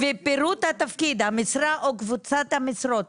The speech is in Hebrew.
ופירוט התפקיד המשרה או קבוצת המשרות".